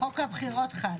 חוק הבחירות חל.